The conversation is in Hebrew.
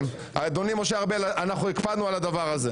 אדוני משה ארבל, אנחנו הקפדנו על הדבר הזה.